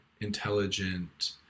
intelligent